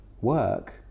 work